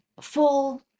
full